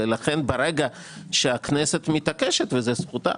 לכן ברגע שהכנסת מתעקשת, וזאת זכותה,